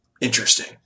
interesting